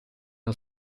non